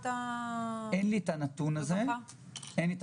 אין לי את הנתון הזה מולי,